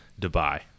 Dubai